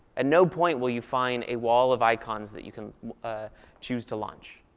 and no point will you find a wall of icons that you can choose to launch.